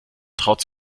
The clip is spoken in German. traut